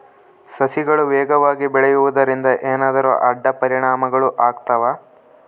ಸಸಿಗಳು ವೇಗವಾಗಿ ಬೆಳೆಯುವದರಿಂದ ಏನಾದರೂ ಅಡ್ಡ ಪರಿಣಾಮಗಳು ಆಗ್ತವಾ?